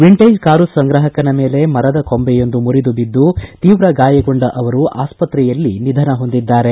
vintage car ಸಂಗ್ರಾಹಕನ ಮೇಲೆ ಮರದ ಕೊಂಬೆಯೊಂದು ಮುರಿದು ಬಿದ್ದು ತೀವ್ರ ಗಾಯಗೊಂಡ ಅವರು ಆಸ್ಪತ್ರೆಯಲ್ಲಿ ನಿಧನ ಹೊಂದಿದ್ದಾರೆ